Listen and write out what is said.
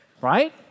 Right